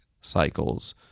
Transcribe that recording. cycles